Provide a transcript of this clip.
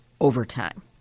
overtime